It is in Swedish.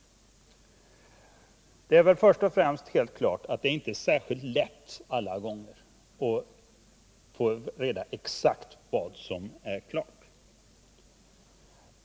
Det är väl först och främst helt klart att det inte är särskilt lätt alla gånger att få reda på exakt vad som är klart.